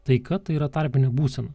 taika tai yra tarpinė būsena